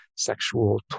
sexual